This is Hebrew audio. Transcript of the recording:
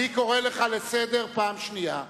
אני קורא לך לסדר פעם שנייה.